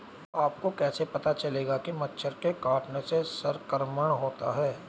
आपको कैसे पता चलेगा कि मच्छर के काटने से संक्रमण होता है?